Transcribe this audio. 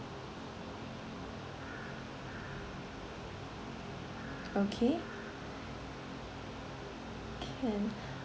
okay can